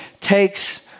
takes